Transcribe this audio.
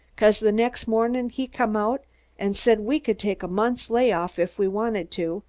cause the next morning he come out and said we could take a month's lay-off if we wanted to,